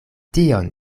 tion